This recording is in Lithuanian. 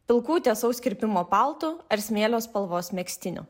pilkų tiesaus kirpimo paltų ar smėlio spalvos megztiniu